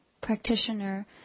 practitioner